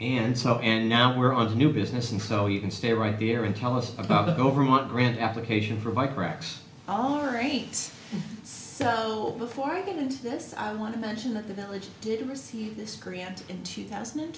and so now we're on to new business and so you can stay right there and tell us about the government grant application for my practice all right so before i get into this i want to mention that the village did receive this grant in two thousand